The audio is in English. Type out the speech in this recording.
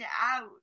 out